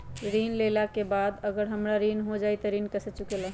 ऋण लेला के बाद अगर हमरा कुछ हो जाइ त ऋण कैसे चुकेला?